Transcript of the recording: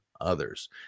others